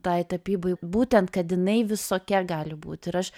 tai tapybai būtent kad jinai visokia gali būt ir aš